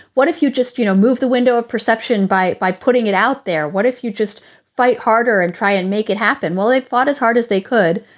what if you just, you know, move the window of perception by by putting it out there? what if you just fight harder and try and make it happen while they fought as hard as they could?